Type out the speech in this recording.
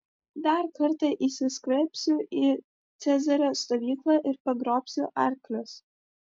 dar kartą įsiskverbsiu į cezario stovyklą ir pagrobsiu arklius